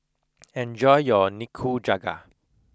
enjoy your Nikujaga